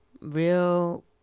Real